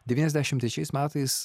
devyniasdešim trečiais metais